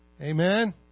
Amen